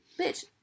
bitch